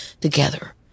together